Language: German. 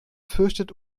fürchtet